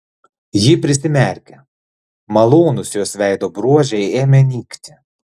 ji prisimerkė malonūs jos veido bruožai ėmė nykti